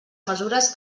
mesures